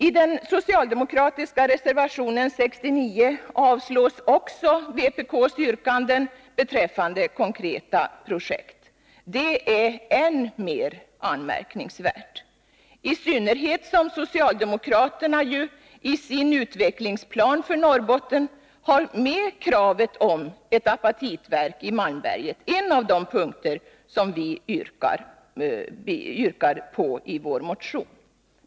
I den socialdemokratiska reservationen 69 avstyrks också vpk:s yrkanden beträffande konkreta projekt. Det är än mer anmärkningsvärt, i synnerhet som socialdemokraterna ju i sin utvecklingsplan för Norrbotten har med kravet på ett apatitverk i Malmberget — ett av de förslag som vi yrkar på i vår motion.